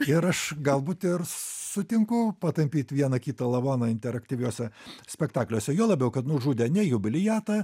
ir aš galbūt ir sutinku patampyt vieną kitą lavoną interaktyviuose spektakliuose juo labiau kad nužudė ne jubiliatą